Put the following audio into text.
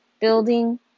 building